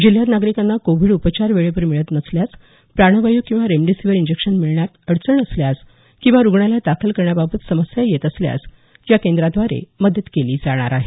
जिल्ह्यात नागरिकांना कोविड उपचार वेळेवर मिळत नसल्यास प्राणवायू किंवा रेमडीसीव्हीर इंजेक्शन मिळण्यात अडचण असल्यास किंवा रुग्णालयात दाखल करण्याबाबत समस्या येत असल्यास या केंद्राद्वारे मदत केली जाणार आहे